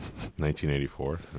1984